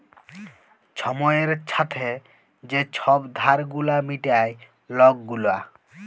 ছময়ের ছাথে যে ছব ধার গুলা মিটায় লক গুলা